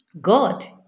God